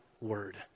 word